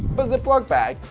but ziploc bag.